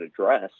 address